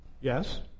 Yes